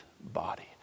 body